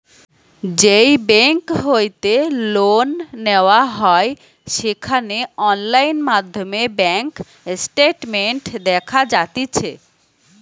যেই বেংক হইতে লোন নেওয়া হয় সেখানে অনলাইন মাধ্যমে ব্যাঙ্ক স্টেটমেন্ট দেখা যাতিছে